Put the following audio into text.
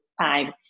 time